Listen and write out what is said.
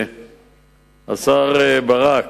השר ברק,